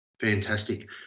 Fantastic